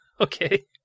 Okay